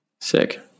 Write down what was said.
Sick